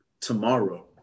tomorrow